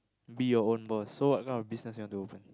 be your own boss so what kind of business you want to open